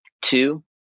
Two